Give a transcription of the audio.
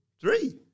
three